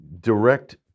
direct